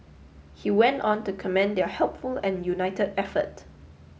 he went on to commend their helpful and unit effort